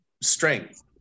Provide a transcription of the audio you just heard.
strength